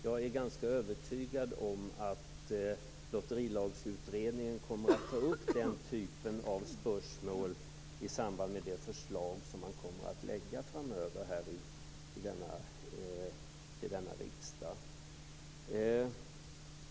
Jag är ganska övertygad om att Lotterilagsutredningen kommer att ta upp den typen av spörsmål i samband med det förslag som den kommer att lägga framöver till denna riksdag.